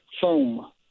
foam